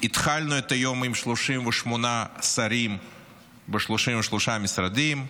התחלנו את היום עם 38 שרים ב-33 משרדים,